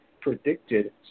predicted